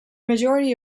majority